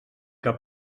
què